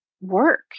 work